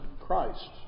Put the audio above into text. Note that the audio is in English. Christ